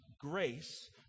grace